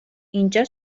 اینجا